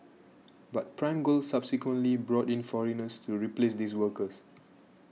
but Prime Gold subsequently brought in foreigners to replace these workers